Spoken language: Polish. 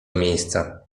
miejsca